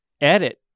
edit